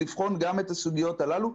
לבחון גם את הסוגיות הללו.